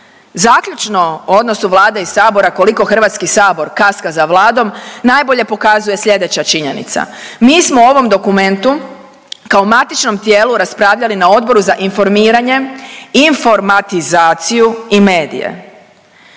Zaključno o odnosu Vlade i sabora koliko HS kaska za Vladom najbolje pokazuje slijedeća činjenica, mi smo o ovom dokumentu kao matičnom tijelu raspravljali na Odboru za informiranje, informatizaciju i medije.